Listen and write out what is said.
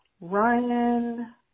Ryan